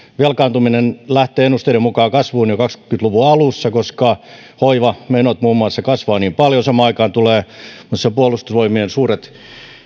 velkaantuminen lähtee ennusteiden mukaan kasvuun jo kaksikymmentä luvun alussa koska muun muassa hoivamenot kasvavat niin paljon ja kun samaan aikaan tulevat muun muassa puolustusvoimien suuret